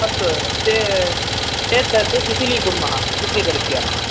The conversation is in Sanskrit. अस्तु ते एतत् शिथिलीकुर्मः शिथिलीकरिष्यामः